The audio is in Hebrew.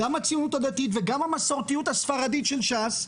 גם הציונות הדתית וגם המסורתיות הספרדית של ש"ס,